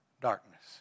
darkness